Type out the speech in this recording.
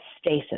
stasis